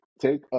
take